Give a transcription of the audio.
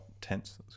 tense